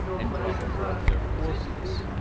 and draw from her their forces.